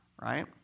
right